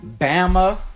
Bama